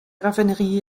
raffinerie